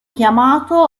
chiamato